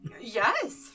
Yes